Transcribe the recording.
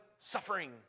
suffering